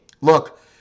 Look